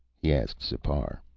he asked sipar.